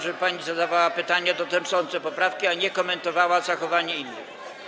żeby pani zadawała pytania dotyczące poprawki, a nie komentowała zachowanie innych.